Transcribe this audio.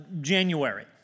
January